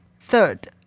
Third